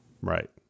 Right